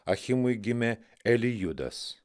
achimui gimė elijudas